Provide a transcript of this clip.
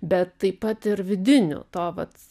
bet taip pat ir vidinių to vat